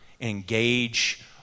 engage